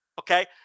okay